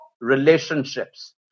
relationships